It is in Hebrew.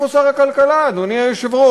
איפה שר הכלכלה, אדוני היושב-ראש?